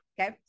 okay